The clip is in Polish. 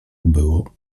było